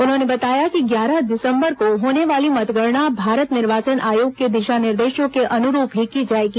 उन्होंने बताया कि ग्यारह दिसंबर को होने वाली मतगणना भारत निर्वाचन आयोग के दिशा निर्देशों के अनुरूप ही की जाएगी